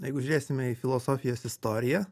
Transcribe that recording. jeigu žiūrėsime į filosofijos istoriją